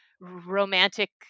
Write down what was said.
romantic